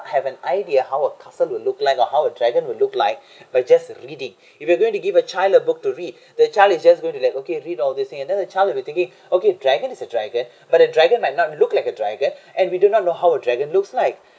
have an idea how a person will look like or how a dragon will look like we're just reading if you're going to give a child a book to read the child is just going to that okay read all this thing and then the child will thinking okay dragon is a dragon but a dragon might not look like a dragon and we do not know how a dragon looks like